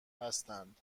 بستند